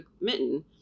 mitten